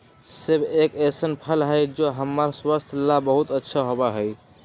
सेब एक ऐसन फल हई जो हम्मर स्वास्थ्य ला बहुत अच्छा होबा हई